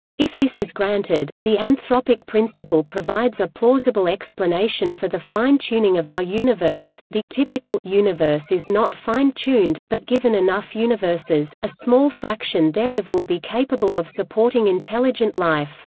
if this is granted, the anthropic principle provides a plausible explanation for the fine tuning of our universe the typical universe is not fine-tuned, but given enough universes, a small fraction thereof will be capable of supporting intelligent life.